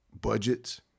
budgets